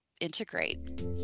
integrate